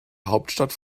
hauptstadt